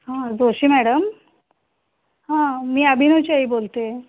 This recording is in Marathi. हां जोशी मॅडम हां मी अभिनवची आई बोलते